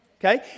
Okay